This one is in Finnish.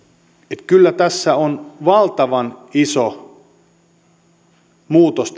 eli kyllä tässä on tapahtunut valtavan iso muutos